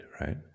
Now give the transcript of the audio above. right